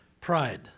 Pride